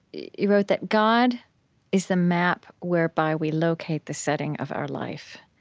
you wrote that god is the map whereby we locate the setting of our life.